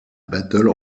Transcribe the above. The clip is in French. battle